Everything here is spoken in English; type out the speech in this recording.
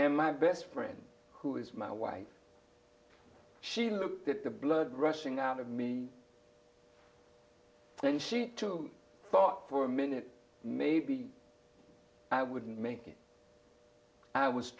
and my best friend who is my wife she looked at the blood rushing out of me and she too thought for a minute maybe i wouldn't make it i was